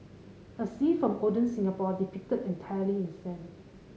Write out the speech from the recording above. a scene from olden Singapore depicted entirely in sand